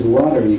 water